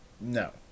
no